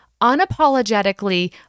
unapologetically